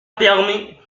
permis